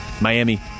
Miami